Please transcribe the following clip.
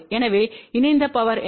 எனவே இணைந்த என்ன